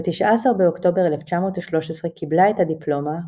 ב-19 באוקטובר 1913 קיבלה את הדיפלומה,